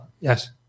Yes